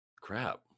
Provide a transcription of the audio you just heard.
Crap